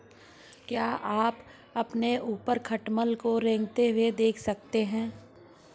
क्या आप अपने ऊपर खटमल को रेंगते हुए देख सकते हैं?